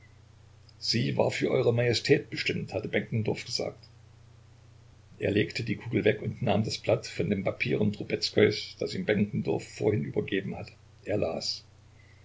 sie war für eure majestät bestimmt hatte benkendorf gesagt er legte die kugel weg und nahm das blatt von den papieren trubezkois das ihm benkendorf vorhin übergeben hatte er las